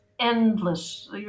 endless